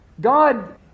God